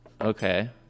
Okay